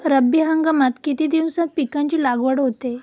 रब्बी हंगामात किती दिवसांत पिकांची लागवड होते?